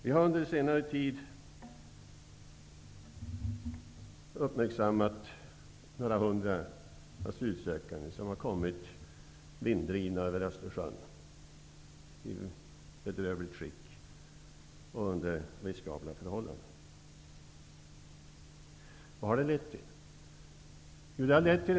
Vi har under senare tid uppmärksammat några hundra asylsökande som i bedrövligt skick och under riskabla förhållanden har kommit vinddrivna över Östersjön. Vad har detta lett till?